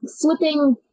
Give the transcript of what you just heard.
flipping